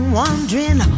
wondering